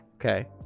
okay